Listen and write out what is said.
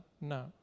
no